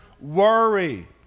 worry